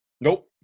Nope